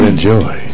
Enjoy